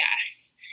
yes